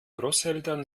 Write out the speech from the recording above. großeltern